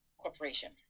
Corporation